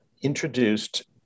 introduced